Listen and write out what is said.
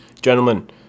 Gentlemen